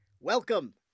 Welcome